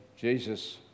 Jesus